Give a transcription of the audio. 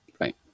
Right